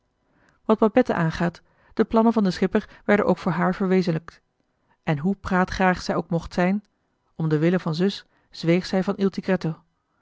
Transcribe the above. wat babette aangaat de plannen van den schipper werden ook voor haar verwezenlijkt en hoe praatachtig zij ook mocht zijn om den wille van zus zweeg zij van